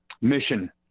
mission